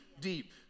deep